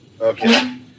Okay